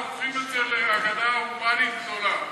ואז הופכים את זה לאגדה אורבנית גדולה.